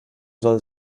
soll